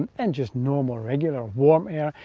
and just normal regular warm air,